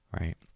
right